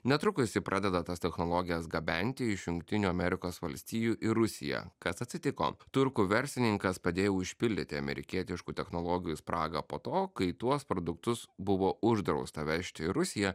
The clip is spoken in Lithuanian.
netrukus ji pradeda tas technologijas gabenti iš jungtinių amerikos valstijų į rusiją kas atsitiko turkų verslininkas padėjo užpildyti amerikietiškų technologijų spragą po to kai tuos produktus buvo uždrausta vežti į rusiją